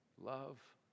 love